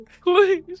please